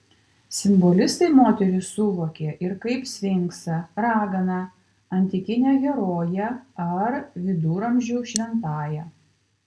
simbolistai moterį suvokė ir kaip sfinksą raganą antikinę heroję ar viduramžių šventąją